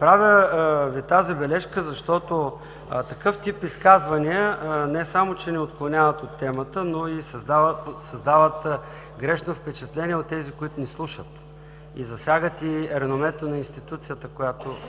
Правя Ви тази бележка, защото такъв тип изказвания не само че ни отклоняват от темата, но и създават грешно впечатление у тези, които ни слушат и засягат и реномето на институцията, в